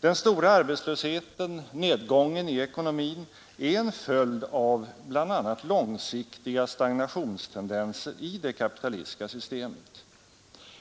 Den stora arbetslösheten, nedgången i ekonomin, är en följd av bl.a. långsiktiga stagnationstendenser i det kapitalistiska systemet.